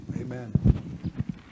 Amen